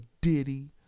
Diddy